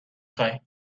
خوایی